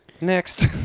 Next